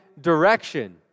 direction